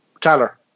Tyler